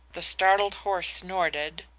the startled horse snorted,